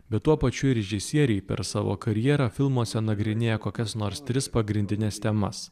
bet tuo pačiu režisieriai per savo karjerą filmuose nagrinėja kokias nors tris pagrindines temas